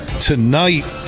tonight